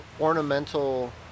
ornamental